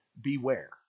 Beware